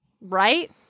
Right